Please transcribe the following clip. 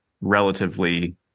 relatively